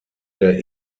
der